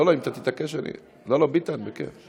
אם אתה תתעקש, אני, לא, לא, ביטן, בכיף.